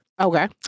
Okay